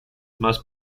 must